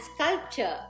sculpture